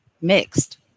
mixed